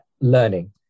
learning